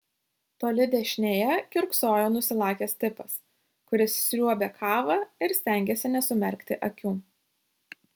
toli dešinėje kiurksojo nusilakęs tipas kuris sriuobė kavą ir stengėsi nesumerkti akių